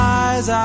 eyes